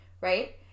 Right